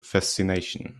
fascination